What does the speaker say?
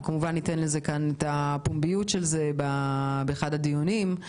אנחנו כמובן ניתן לזה את הפומביות באחד הדיונים.